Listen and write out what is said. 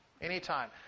anytime